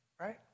right